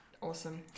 awesome